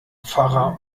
pfarrer